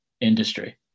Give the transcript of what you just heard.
industry